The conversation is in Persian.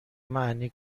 معنی